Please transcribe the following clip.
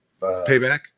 payback